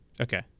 Okay